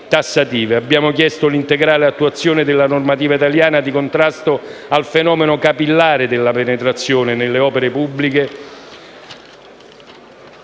Abbiamo chiesto l'integrale attuazione della normativa italiana di contrasto al fenomeno capillare della penetrazione nelle opere pubbliche